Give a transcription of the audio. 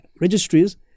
registries